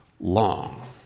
long